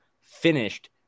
finished